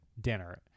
dinner